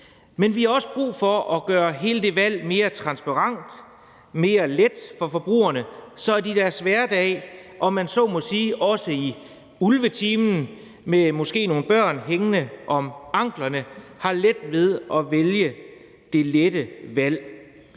Men vi har også brug for at gøre hele det valg mere transparent og lettere for forbrugerne, så de i deres hverdag, om man så må sige, også i ulvetimen, med måske nogle børn hængende om anklerne, har let ved at vælge det rigtige.